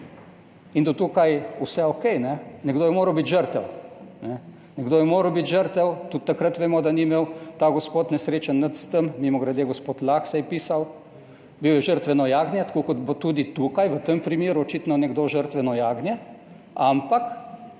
In do tukaj vse okej. Nekdo je moral biti žrtev. Nekdo je moral biti žrtev, tudi takrat vemo, da ni imel ta gospod nesrečen, nič s tem, mimogrede, gospod Lah se je pisal, bil je žrtveno jagnje, tako kot bo tudi tukaj v tem primeru očitno nekdo žrtveno jagnje, ampak